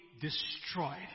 destroyed